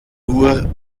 nur